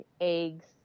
eggs